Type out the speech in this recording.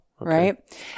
Right